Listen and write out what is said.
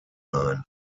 ein